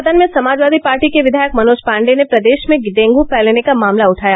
सदन में समाजवादी पार्टी के विधायक मनोज पाण्डेय ने प्रदेश में डेंगू फैलने का मामला उठाया